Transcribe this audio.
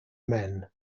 men